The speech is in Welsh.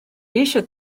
eisiau